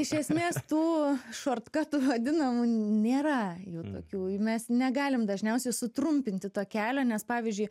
iš esmės tų šortkatų vadinamų nėra jų tokių mes negalim dažniausiai sutrumpinti to kelio nes pavyzdžiui